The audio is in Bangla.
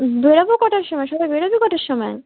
বেরোব কটার সময় সবাই বেরোবি কটার সময়